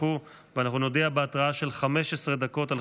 ויהיה המשך, עד להכרעתם המוחלטת של